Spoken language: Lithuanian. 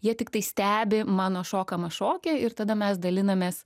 jie tiktai stebi mano šokamą šokį ir tada mes dalinamės